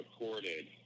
recorded